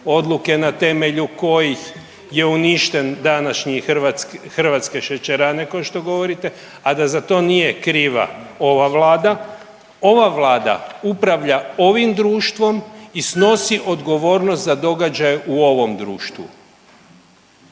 odluke na temelju kojih je uništen današnje hrvatske šećerane ko što govorite, a da za to nije kriva ova vlada. Ova vlada upravlja ovim društvom i snosi odgovornost za događaj u ovom društvu.